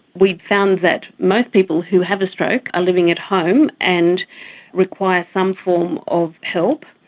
we found that most people who have a stroke are living at home and require some form of help.